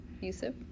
Yusuf